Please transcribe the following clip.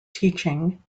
teaching